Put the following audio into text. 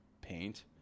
paint